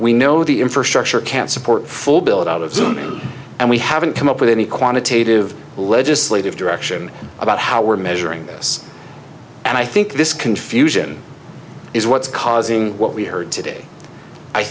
we know the infrastructure can't support full build out of them and we haven't come up with any quantitative legislative direction about how we're measuring this and i think this confusion is what's causing what we heard today i